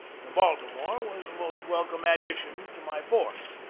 the baltimore was a most welcome addition to my force,